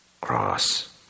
cross